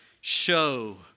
show